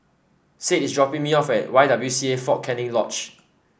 Sade is dropping me off at Y W C A Fort Canning Lodge